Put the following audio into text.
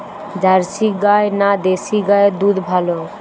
Jersey গাই না দেশী গাইয়ের দুধ ভালো?